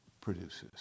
Produces